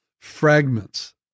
fragments